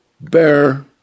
bear